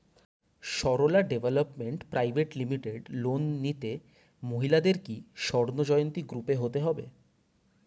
Sarala development private limited loan নিতে মহিলাদের কি স্বর্ণ জয়ন্তী গ্রুপে হতে হবে?